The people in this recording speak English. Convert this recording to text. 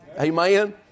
Amen